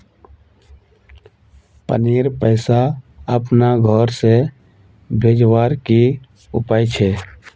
पानीर पैसा अपना घोर से भेजवार की उपाय छे?